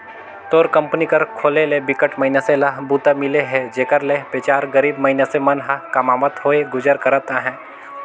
तोर कंपनी कर खोले ले बिकट मइनसे ल बूता मिले हे जेखर ले बिचार गरीब मइनसे मन ह कमावत होय गुजर करत अहे